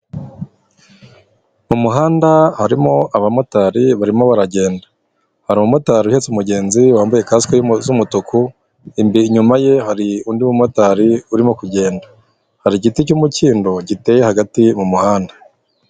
Mu muhanda harimo abamotari barimo baragenda, hari umumotari uhetse umugenzi wambaye kasike z'umutuku, imbere inyuma ye hari undi umotari urimo kugenda hari igiti cy'umukindo giteye hagati mu muhanda.